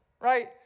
right